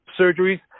surgeries